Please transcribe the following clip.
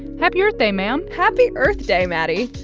happy earth day, ma'am happy earth day, maddie.